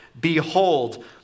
Behold